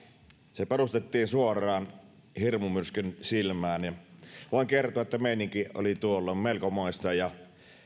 se perustettiin suoraan hirmumyrskyn silmään ja voin kertoa että meininki oli tuolloin melkomoista ja